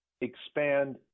expand